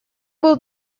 был